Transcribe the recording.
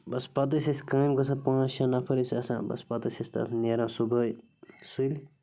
بَس پَتہٕ ٲسۍ أسۍ کامہِ گژھان پانٛژھ شےٚ نَفَر ٲسۍ آسان بَس پَتہٕ ٲسۍ أسۍ تتھ نیران صُبحٲے سُلۍ